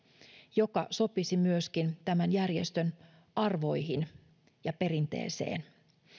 joka sopisi myöskin tämän järjestön arvoihin ja perinteeseen